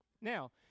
Now